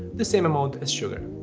the same amount as sugar.